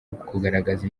ukugaragaza